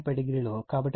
కాబట్టి ఇది Ia 33